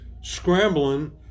scrambling